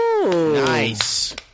nice